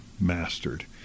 mastered